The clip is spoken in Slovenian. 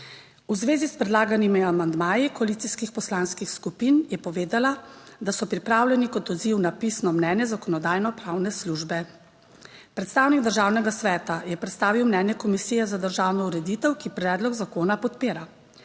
V zvezi s predlaganimi amandmaji koalicijskih poslanskih skupin je povedala, da so pripravljeni kot odziv na pisno mnenje Zakonodajno-pravne službe. Predstavnik Državnega sveta je predstavil mnenje Komisije za državno ureditev, ki predlog zakona podpira.